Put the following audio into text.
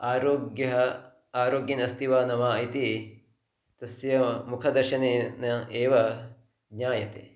आरोग्य्म् आरोग्यम् अस्ति वा न वा इति तस्य मुखदर्शनेन एव ज्ञायते